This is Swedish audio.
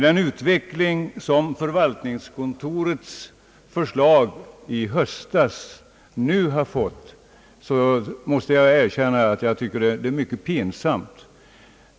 Den utveckling som förvaltningskontorets plan i höstas nu har fått tycker jag personligen är särskilt pinsam.